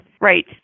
right